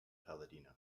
palladino